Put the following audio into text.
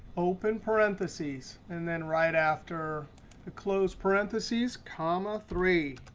open parenthesis, and then right after the close parenthesis comma three,